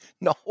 No